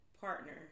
partner